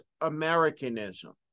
Americanism